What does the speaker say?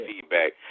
feedback